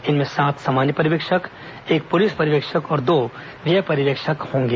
इनमें सात सामान्य पर्यवेक्षक एक पुलिस पर्यवेक्षक और दो व्यय पर्यवेक्षक होंगे